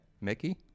Mickey